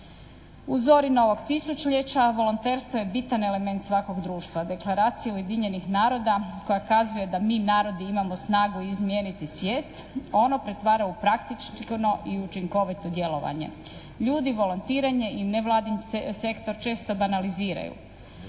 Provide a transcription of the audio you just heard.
U zori novog tisućljeća volonterstvo je bitan element svakog društva, Deklaracije Ujedinjenih naroda koja kazuje da mi narodi imamo snagu izmijeniti svijet ono pretvara u praktično i učinkovito djelovanje. Ljudi, volontiranje i nevladin sektor često banaliziraju